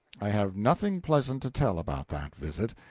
i have nothing pleasant to tell about that visit.